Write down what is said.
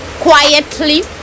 quietly